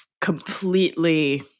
completely